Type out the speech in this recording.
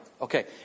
Okay